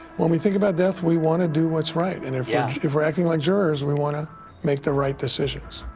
when we think about death, we wanna do what's right. and if yeah if we're acting like jurors, we wanna make the right decisions.